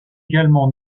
également